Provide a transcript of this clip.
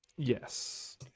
Yes